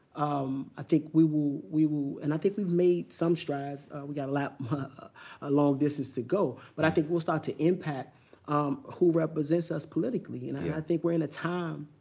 um i think we will we will and i think we've made some strides, we got a lap and a long distance to go. but i think we'll start to impact who represents us politically, and i i think we're in a time,